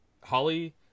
Holly